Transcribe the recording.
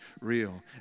real